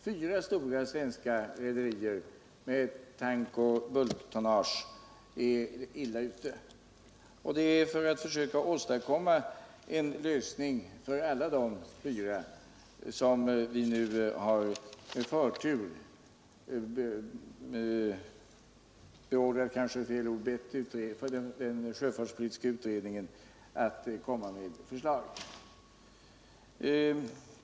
Fyra stora svenska rederier med tank och bulktonnage är illa ute. Det är för att försöka åstadkomma en lösning för samtliga dessa fyra som vi nu gett sjöfartspolitiska utredningen i uppdrag att med förtur arbeta fram förslag i detta avseende.